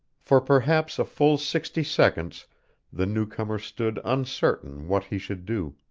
for perhaps a full sixty seconds the new-comer stood uncertain what he should do,